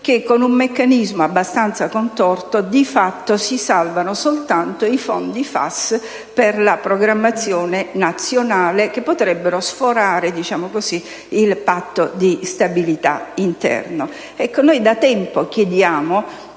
che, con un meccanismo abbastanza contorto, di fatto si salvano soltanto i fondi FAS per la programmazione nazionale che potrebbero sforare il Patto di stabilità interno.